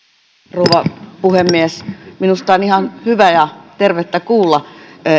rouva puhemies minusta on ihan hyvä ja tervettä kuulla